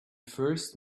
first